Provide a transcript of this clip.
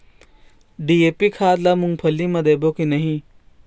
DAP खाद ला मुंगफली मे देबो की नहीं?